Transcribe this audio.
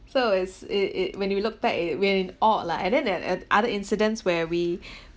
so is it it when you looked back it we're in awe lah and then there at other incidents where we